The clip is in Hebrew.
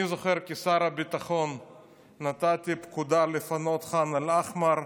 אני זוכר שכשר הביטחון נתתי פקודה לפנות את ח'אן אל-אחמר.